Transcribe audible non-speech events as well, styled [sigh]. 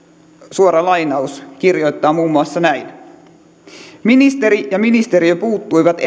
kirjoittaa muun muassa näin suora lainaus ministeri ja ministeriö puuttuivat [unintelligible]